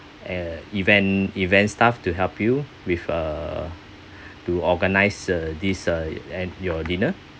uh event event staff to help you with uh to organise uh this uh and your dinner